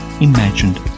imagined